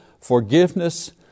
forgiveness